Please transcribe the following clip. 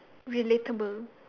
relatable